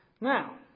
Now